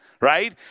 Right